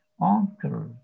uncle